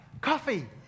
coffee